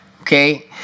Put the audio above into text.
Okay